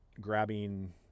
grabbing